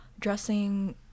Dressing